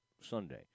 Sunday